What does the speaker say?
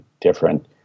different